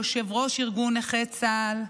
יושב-ראש ארגון נכי צה"ל,